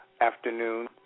afternoon